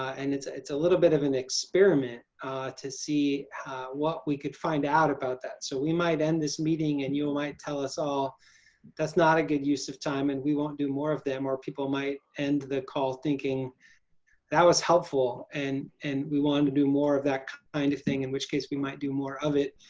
and it's it's a little bit of an experiment to see what we could find out about that, so we might end this meeting and you might tell us all that's not a good use of time and we won't do more of them, or people might end the call thinking that was helpful and and we wanted to do more of that kind of thing in which case we might do more of it.